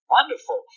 Wonderful